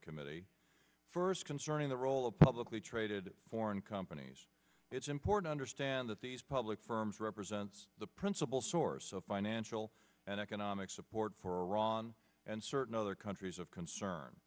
the committee first concerning the role of publicly traded foreign companies it's important or stand that these public firms represents the principal source of financial and economic support for iran and certain other countries of concern